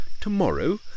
tomorrow